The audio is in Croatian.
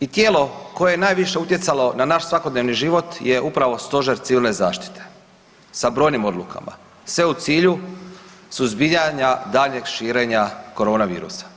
i tijelo koje je najviše utjecalo na naš svakodnevni život je upravo Stožer civilne zaštite sa brojnim odlukama, sve u cilju suzbijanja daljnjeg širenja korona virusa.